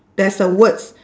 there's a words